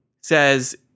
Says